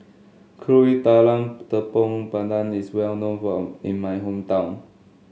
Kuih Talam Tepong Pandan is well known phone in my hometown